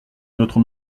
notre